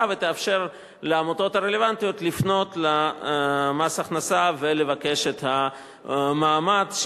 ותאפשר לעמותות הרלוונטיות לפנות למס הכנסה ולבקש את המעמד,